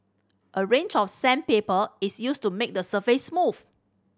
a range of sandpaper is used to make the surface smooth